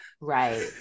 right